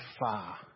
far